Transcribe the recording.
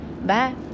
Bye